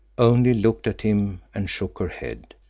only looked at him and shook her head,